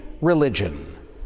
religion